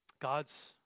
God's